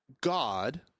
God